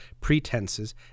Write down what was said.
pretenses